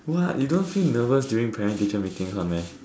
what you don't feel nervous during parent teacher meeting one meh